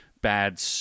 bad –